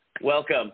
Welcome